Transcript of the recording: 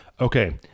Okay